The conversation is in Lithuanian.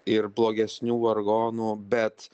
ir blogesnių vargonų bet